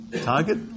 target